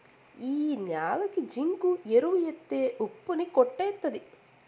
ఈ న్యాలకి జింకు ఎరువు ఎత్తే ఉప్పు ని కొట్టేత్తది